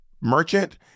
merchant